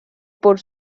por